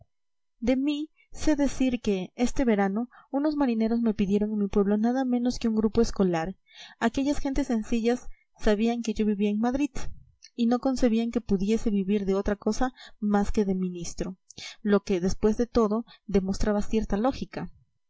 de mí sé decir que este verano unos marineros me pidieron en mi pueblo nada menos que un grupo escolar aquellas gentes sencillas sabían que yo vivía en madrid y no concebían que pudiese vivir de otra cosa más que de ministro lo que después de todo demostraba cierta lógica